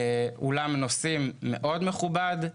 אולם נוסעים מכובד מאוד,